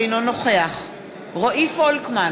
אינו נוכח רועי פולקמן,